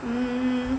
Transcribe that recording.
mm